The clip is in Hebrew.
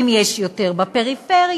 אם יש יותר בפריפריה,